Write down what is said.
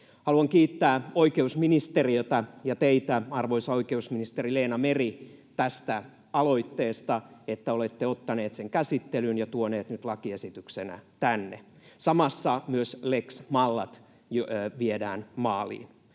Haluan kiittää oikeusministeriötä ja teitä, arvoisa oikeusministeri Leena Meri, tästä aloitteesta, että olette ottaneet sen käsittelyyn ja tuoneet nyt lakiesityksenä tänne. Samassa myös Lex Mallat viedään maaliin.